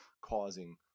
causing